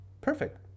perfect